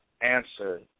answer